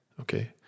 Okay